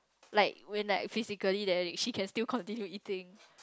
like when like physically there she can still continue eating